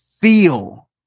feel